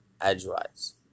edgewise